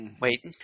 Wait